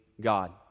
God